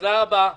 תודה רבה,